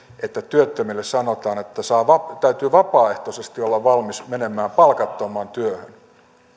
että työttömille sanotaan että täytyy vapaaehtoisesti olla valmis menemään palkattomaan työhön